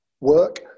work